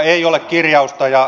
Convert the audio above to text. ei ole kirjausta